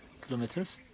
kilometers